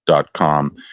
dot com,